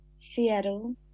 Seattle